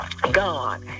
God